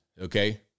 Okay